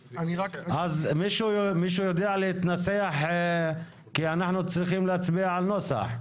מישהו יודע להתנסח כי אנחנו צריכים להצביע על נוסח?